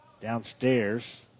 downstairs